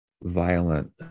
violent